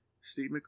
Steve